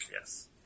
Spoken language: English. Yes